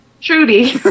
Trudy